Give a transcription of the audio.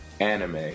anime